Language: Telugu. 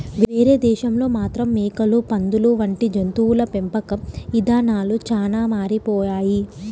వేరే దేశాల్లో మాత్రం మేకలు, పందులు వంటి జంతువుల పెంపకం ఇదానాలు చానా మారిపోయాయి